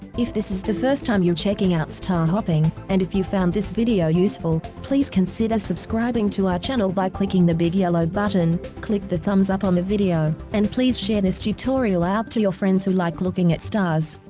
if this is the first time you're checking out star hopping, and if you found this video useful, please consider subscribing to our channel by clicking the big yellow button down there, click the thumbs up on the video, and please share this tutorial out to your friends who like looking at stars.